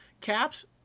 caps